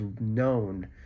known